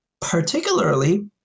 particularly